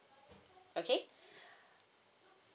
okay